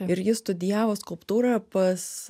ir jis studijavo skulptūrą pas